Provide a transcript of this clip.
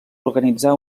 organitzar